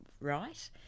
right